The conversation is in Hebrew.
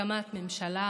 הקמת ממשלה